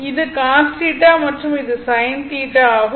இது cos θ மற்றும் இது sin θ ஆகும்